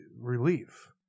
relief